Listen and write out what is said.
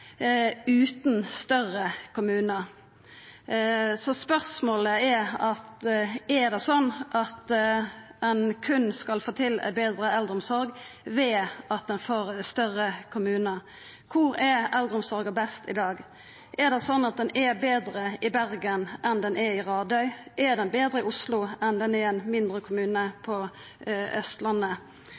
utan større kommunar. Spørsmålet er: Er det sånn at ein berre kan få til ei betre eldreomsorg ved at ein får større kommunar? Kvar er eldreomsorga best i dag? Er ho betre i Bergen enn ho er i Radøy? Er ho betre i Oslo enn ho er i ein mindre kommune på